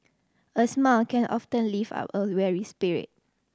a smile can often lift up a weary spirit